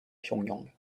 pyongyang